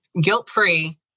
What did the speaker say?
guilt-free